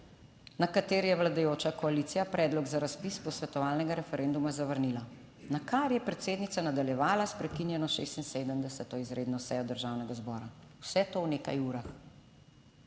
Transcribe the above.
na kateri je vladajoča koalicija predlog za razpis posvetovalnega referenduma zavrnila, na kar je predsednica nadaljevala s prekinjeno 76. izredno sejo Državnega zbora, vse to v nekaj urah.